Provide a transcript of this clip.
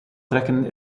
trekken